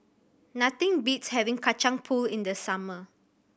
nothing beats having Kacang Pool in the summer